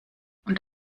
und